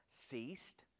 ceased